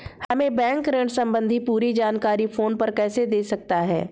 हमें बैंक ऋण संबंधी पूरी जानकारी फोन पर कैसे दे सकता है?